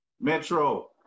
Metro